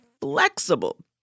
flexible